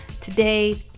today